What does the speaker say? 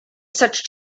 such